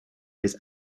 with